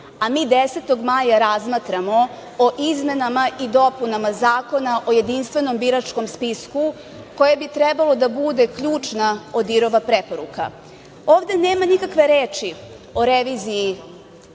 a mi 10. maja razmatramo o izmenama i dopunama Zakona o jedinstvenom biračkom spisku koje bi trebalo da bude ključna ODIHR-ova preporuka. Ovde nema nikakve reči o reviziji,